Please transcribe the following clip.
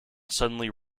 suddenly